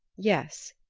yes,